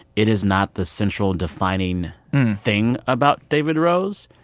it is not the central defining thing about david rose.